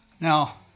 Now